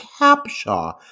Capshaw